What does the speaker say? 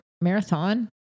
Marathon